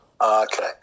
Okay